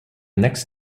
next